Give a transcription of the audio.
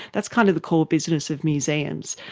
that's kind of the core business of museums.